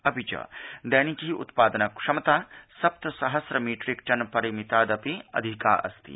अपि च दक्किी उत्पादन क्षमता सप्तसहस्र मीट्रिकटन् परिमितादपि अधिका अस्ति